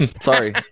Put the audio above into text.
sorry